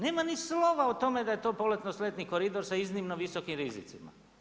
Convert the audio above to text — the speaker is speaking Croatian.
Nema niti slova o tome da je to poletno-sletni koridor sa iznimno visokim rizicima.